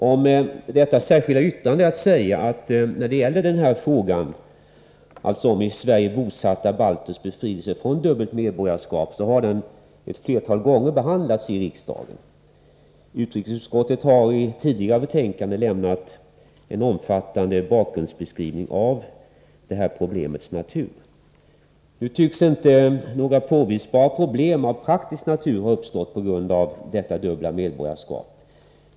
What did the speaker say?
Om detta särskilda yttrande är att säga att frågan om i Sverige bosatta balters befrielse från dubbelt medborgarskap har behandlats i riksdagen ett flertal gånger. Utrikesutskottet har i ett tidigare betänkande lämnat en omfattande bakgrundsbeskrivning av problemets natur. Några påvisbara problem av praktisk natur tycks inte ha uppstått på grund av detta dubbla medborgarskap.